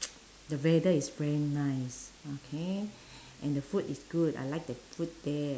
the weather is very nice okay and the food is good I like the food there